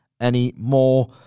anymore